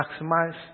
maximize